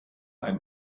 ein